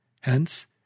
Hence